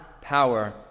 power